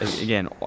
Again